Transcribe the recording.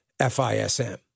FISM